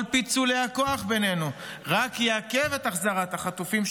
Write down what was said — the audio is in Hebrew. כל פיצולי הכוח בינינו רק יעכבו את החזרת החטופים,